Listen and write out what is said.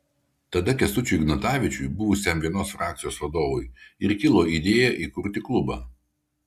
tada kęstučiui ignatavičiui buvusiam vienos frakcijos vadovui ir kilo idėja įkurti klubą